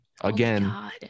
again